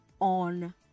on